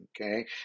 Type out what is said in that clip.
okay